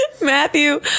Matthew